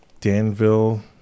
Danville